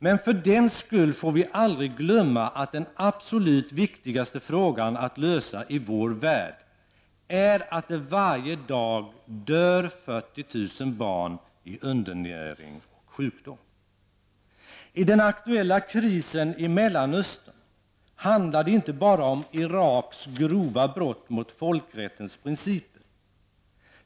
Men för den skull får vi aldrig glömma att den absolut viktigaste frågan att lösa i vår värld är att det varje dag dör 40 000 I den aktuella krisen i Mellanöstern handlar det inte bara om Iraks grova brott mot folkrättens principer.